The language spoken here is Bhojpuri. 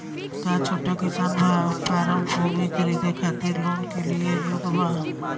का छोटा किसान फारम भूमि खरीदे खातिर लोन के लिए योग्य बा?